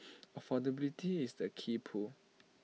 affordability is the key pull